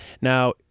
Now